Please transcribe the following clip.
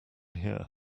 here